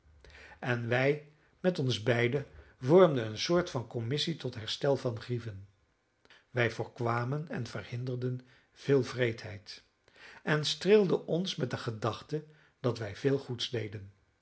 en wij met ons beiden vormden een soort van commissie tot herstel van grieven wij voorkwamen en verhinderden veel wreedheid en streelden ons met de gedachte dat wij veel goeds deden